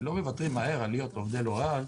ולא מוותרים מהר על להיות עובדי לוריאל,